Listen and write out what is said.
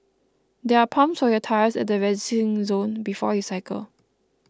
there are pumps for your tyres at the resting zone before you cycle